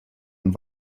und